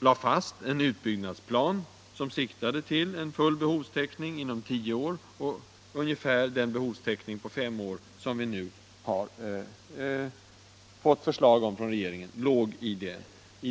lägga fast en utbyggnadsplan som siktade till full behovstäckning inom tio år och ungefär den behovstäckning på fem år. som vi nu fått förslag om från regeringens sida.